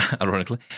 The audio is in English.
ironically